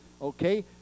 Okay